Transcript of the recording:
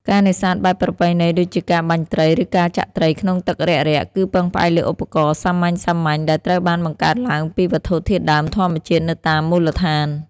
ការនេសាទបែបប្រពៃណីដូចជាការបាញ់ត្រី ឬការចាក់ត្រីក្នុងទឹករាក់ៗ គឺពឹងផ្អែកលើឧបករណ៍សាមញ្ញៗដែលត្រូវបានបង្កើតឡើងពីវត្ថុធាតុដើមធម្មជាតិនៅតាមមូលដ្ឋាន។